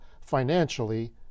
financially